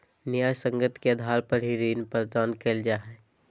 न्यायसंगत के आधार पर ही ऋण प्रदान करल जा हय